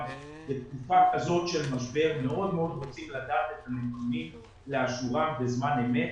בתקופה כזאת של משבר מאוד מאוד רוצים לדעת את הנתונים לאשורם בזמן אמת.